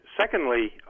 secondly